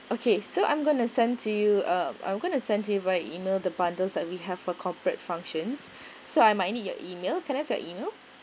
okay so I'm gonna send to you um I'm gonna send to you via email the bundles that we have for corporate functions so I might need your email can I have your email